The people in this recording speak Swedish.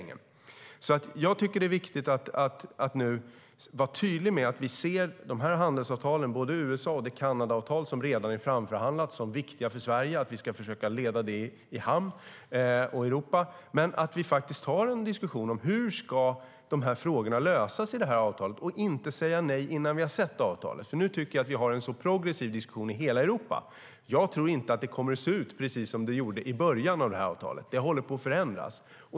Jag tycker alltså att det är viktigt att vara tydlig med att vi ser handelsavtalen - både när det gäller USA och när det gäller det Kanada-avtal som redan är framförhandlat - som viktiga för Sverige och att vi ska försöka få dem i hamn. Men vi ska också ta en diskussion om hur de här frågorna faktiskt ska lösas i avtalet, i stället för att säga nej innan vi har sett det. Nu tycker jag nämligen att vi har en progressiv diskussion i hela Europa. Jag tror inte att det kommer att se ut precis som det gjorde i början av avtalet, utan det håller på att förändras.